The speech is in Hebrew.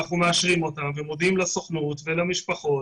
אנחנו מאשרים אותם ומודיעים לסוכנות ולמשפחות